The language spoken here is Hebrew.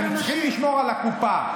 אתם צריכים לשמור על הקופה.